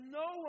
no